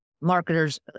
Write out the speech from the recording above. marketers